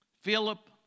Philip